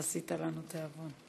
עשית לנו תיאבון.